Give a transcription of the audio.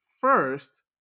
first